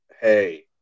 hey